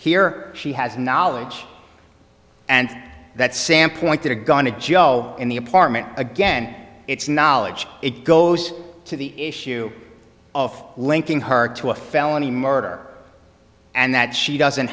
here she has knowledge and that sam pointed a gun to joe in the apartment again it's knowledge it goes to the issue of linking her to a felony murder and that she doesn't